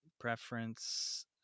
preference